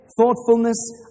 thoughtfulness